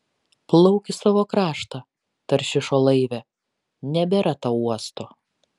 plauk į savo kraštą taršišo laive nebėra tau uosto